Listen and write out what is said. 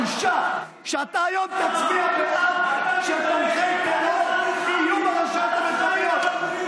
בושה שאתה היום תצביע בעד שתומכי טרור יהיו ברשויות המקומיות.